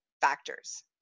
factors